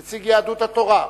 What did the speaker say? נציג יהדות התורה.